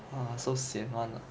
ah so sian hor